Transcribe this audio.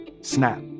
snap